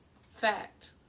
fact